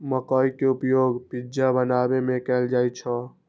मकइ के उपयोग पिज्जा बनाबै मे कैल जाइ छै